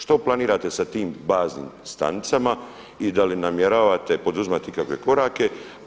Što planirate sa tim baznim stanicama i da li namjeravate poduzimati ikakve korake?